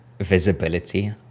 visibility